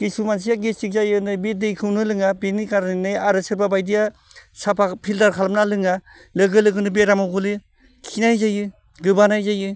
खिसु मानसिया गेस्ट्रिक्ट जायो होनो बे दैखौनो लोङा बेनि खारनै आरो सोरबा बायदिया साफा फिल्टार खालामना लोङा लोगो लोगोनो बेरामाव गोग्लैयो खिनाय जायो गोबानाय जायो